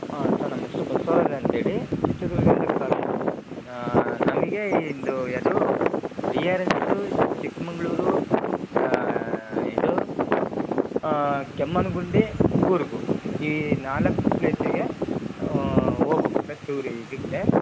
ಹಾಂ ಸರ್ ನಮ್ಮ ಹೆಸರು ಬಸವರಾಜ್ ಅಂತೇಳಿ ಚಿತ್ರದುರ್ಗದಿಂದ ಕಾಲ್ ಮಾಡ್ತಿದೀನಿ ನನಗೆ ಇದು ಯಾದು ವಿಯರೆನ್ಸು ಚಿಕ್ಕಮಗಳೂರು ಇದು ಕೆಮ್ಮಣ್ಣುಗುಂಡಿ ಕೂರ್ಗು ಈ ನಾಲ್ಕು ಪ್ಲೇಸಿಗೆ ಹೊಬೋಕ್ ಸರ್ ಟೂರಿ ಇದಕ್ಕೆ